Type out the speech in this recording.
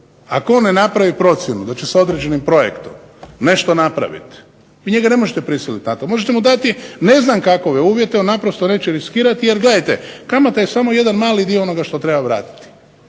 Ako on ne napravi procjenu da će s određenim projektom nešto napraviti, vi njega ne možete prisiliti na to. Možete mu dati ne znam kakve uvjete, on naprosto neće riskirati jer gledajte, kamata je samo jedan mali dio onoga što treba vratiti.